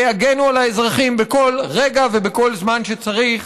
יגנו על האזרחים בכל רגע ובכל זמן שצריך.